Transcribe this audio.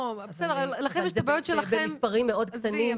אבל זה במספרים מאוד קטנים,